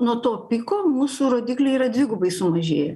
nuo to piko mūsų rodikliai yra dvigubai sumažėję